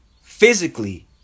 physically